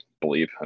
believe